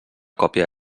còpia